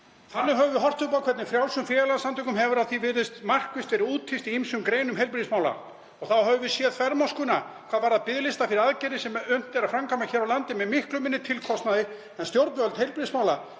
Þannig höfum við horft upp á hvernig frjálsum félagasamtökum hefur, að því er virðist, markvisst verið úthýst í ýmsum greinum heilbrigðismála. Og þá höfum við séð þvermóðskuna hvað varðar biðlista fyrir aðgerðir sem unnt er að framkvæma hér á landi með miklu minni tilkostnaði. En stjórnvöld heilbrigðismála